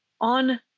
on